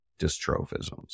dystrophisms